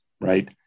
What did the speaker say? right